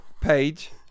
page